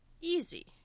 easy